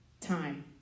time